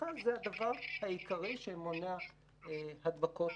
ומסכה זה הדבר העיקרי שמונע הדבקות.